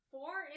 Four